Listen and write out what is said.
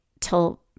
till